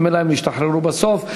ממילא הם ישתחררו בסוף.